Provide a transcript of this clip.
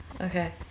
Okay